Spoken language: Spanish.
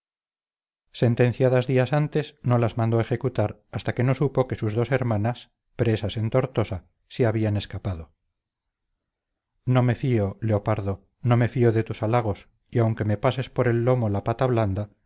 sentenciadas días antes no las mandó ejecutar hasta que no supo que sus dos hermanas presas en tortosa se habían escapado no me fío leopardo no me fío de tus halagos y aunque me pases por el lomo la pata blanda